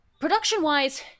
Production-wise